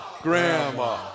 grandma